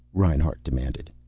reinhart demanded.